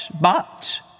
but